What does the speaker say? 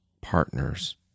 partners